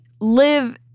live